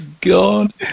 God